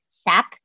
sap